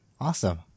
Awesome